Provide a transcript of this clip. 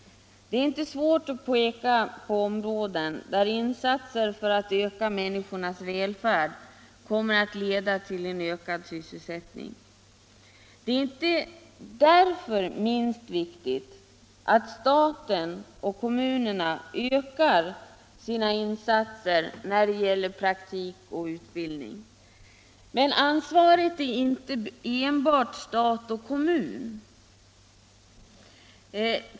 Det är inte svårt att peka på områden där insatser för att öka människornas välfärd kommer att leda till ökad sysselsättning. Det är därför inte minst viktigt att staten och kommunerna ökar sina insatser när det gäller praktik och utbildning. Men ansvaret är inte enbart statens och kommunernas.